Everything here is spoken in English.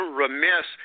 remiss